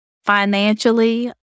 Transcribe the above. financially